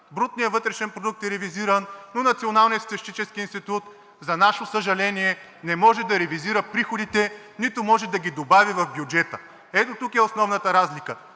брутният вътрешен продукт е ревизиран, но Националният статистически институт, за наше съжаление, не може да ревизира приходите, нито може да ги добави в бюджета – ето тук е основната разлика.